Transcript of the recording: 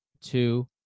two